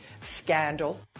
scandal